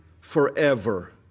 forever